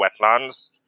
wetlands